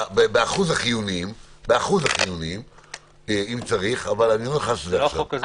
באחוז החיוניים אם צריך --- זה לא החוק הזה.